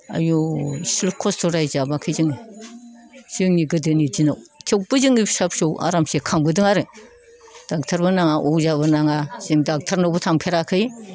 आयौ एसेल' खस्थ' रायजो जाबोआखै जोङो जोंनि गोदोनि दिनाव थेवबो जोङो फिसा फिसौ आरामसे खांबोदों आरो ड'क्टरबो नाङा अजाबो नाङा जों ड'क्टरनावबो थांफेराखै